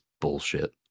bullshit